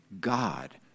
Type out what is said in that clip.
God